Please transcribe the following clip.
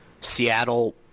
Seattle